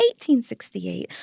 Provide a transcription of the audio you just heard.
1868